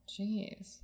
jeez